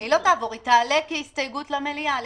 היא לא תעבור, היא תעלה כהסתייגות למליאה למעשה.